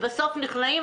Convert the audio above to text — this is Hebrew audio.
ובסוף נכנעים,